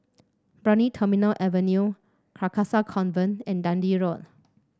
Brani Terminal Avenue Carcasa Convent and Dundee Road